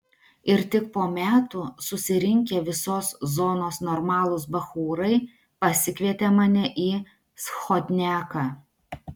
ir tik po metų susirinkę visos zonos normalūs bachūrai pasikvietė mane į schodniaką